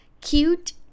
cute